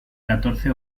catorce